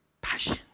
Passion